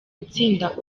gutsinda